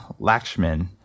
Lakshman